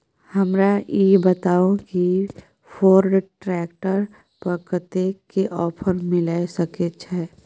हमरा ई बताउ कि फोर्ड ट्रैक्टर पर कतेक के ऑफर मिलय सके छै?